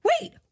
Wait